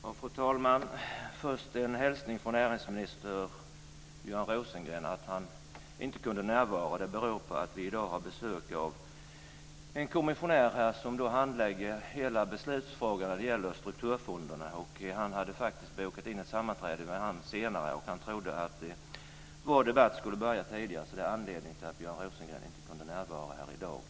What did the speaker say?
Fru talman! Först en hälsning från näringsminister Björn Rosengren att han inte kunde närvara. Det beror på att vi i dag har besök av en kommissionär som handlägger hela beslutsfrågan när det gäller strukturfonderna. Näringsministern hade faktiskt bokat in ett sammanträde med kommissionären senare. Han trodde att vår debatt skulle börja tidigare. Det är anledningen till att Björn Rosengren inte kunde närvara i dag.